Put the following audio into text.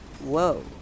Whoa